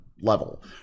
level